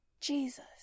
Jesus